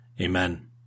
Amen